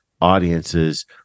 audiences